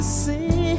see